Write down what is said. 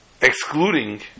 excluding